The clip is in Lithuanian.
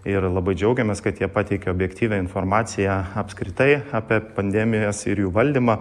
ir labai džiaugiamės kad jie pateikia objektyvią informaciją apskritai apie pandemijas ir jų valdymą